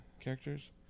characters